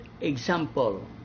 example